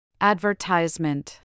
Advertisement